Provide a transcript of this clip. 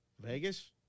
Vegas